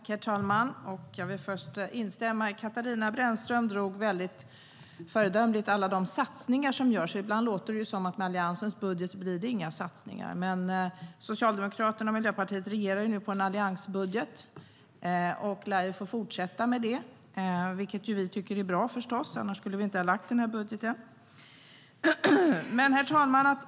Herr talman! Jag vill först instämma i något. Katarina Brännström drog föredömligt alla de satsningar som görs. Ibland låter det som att det med Alliansens budget inte blir några satsningar. Men Socialdemokraterna och Miljöpartiet regerar nu på en alliansbudget och lär få fortsätta med det. Det tycker vi förstås är bra. Annars skulle vi inte ha lagt fram den budgeten. Herr talman!